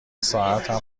ساعتم